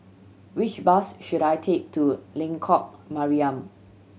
which bus should I take to Lengkok Mariam